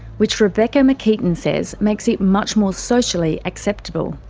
which rebecca mcketin says makes it much more socially acceptable.